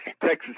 Texas